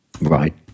Right